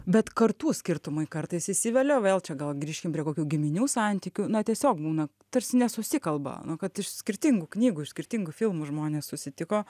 bet kartų skirtumai kartais įsivelia vėl čia gal grįžkim prie kokių giminių santykių na tiesiog būna tarsi nesusikalba nu kad iš skirtingų knygų iš skirtingų filmų žmonės susitiko